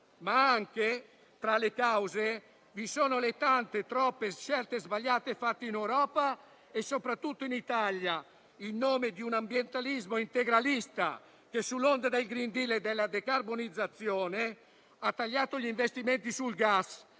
aggravando. Tra le cause, vi sono le tante, troppe scelte sbagliate fatte in Europa e soprattutto in Italia, in nome di un ambientalismo integralista che, sull'onda del *Green Deal* e della decarbonizzazione, ha tagliato gli investimenti sul gas,